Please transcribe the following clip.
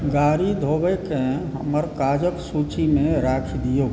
गाड़ी धोबयकेँ हमर काजक सूची मे राखि दिऔ